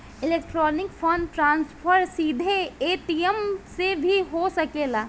electronic fund transfer सीधे ATM से भी हो सकेला